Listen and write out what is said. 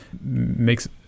makes